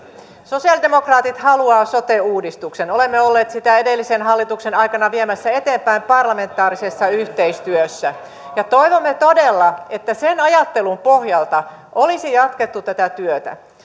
sosiaalidemokraatit haluavat sote uudistuksen olemme olleet sitä edellisen hallituksen aikana viemässä eteenpäin parlamentaarisessa yhteistyössä ja toivoimme todella että sen ajattelun pohjalta olisi jatkettu tätä työtä